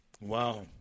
Wow